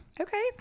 Okay